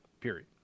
period